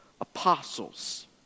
apostles